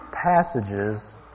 passages